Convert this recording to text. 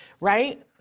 right